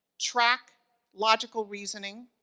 track logical reasoning,